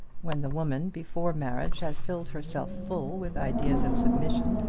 when the woman before marriage has filled herself full with ideas of submission,